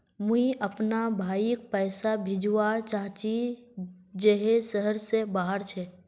मुई अपना भाईक पैसा भेजवा चहची जहें शहर से बहार छे